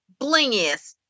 blingiest